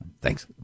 thanks